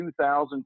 2000